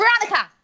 veronica